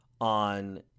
on